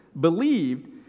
believed